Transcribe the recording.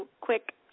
quick